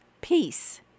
peace